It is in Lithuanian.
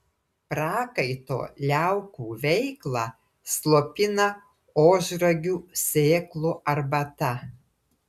prakaito liaukų veiklą slopina ožragių sėklų arbata